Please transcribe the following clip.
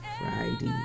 friday